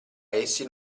essi